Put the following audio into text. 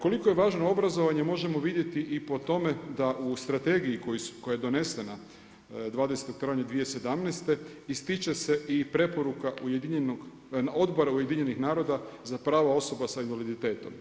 Koliko je važno obrazovanje možemo vidjeti i po tome da u strategiji koja je donesena 20. travnja 2017. ističe se i preporuka Odbora UN-a za prava osoba sa invaliditetom.